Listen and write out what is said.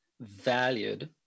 valued